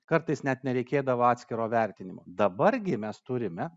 kartais net nereikėdavo atskiro vertinimo dabar gi mes turime